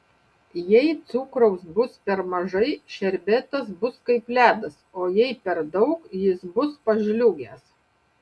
jei cukraus bus per mažai šerbetas bus kaip ledas o jei per daug jis bus pažliugęs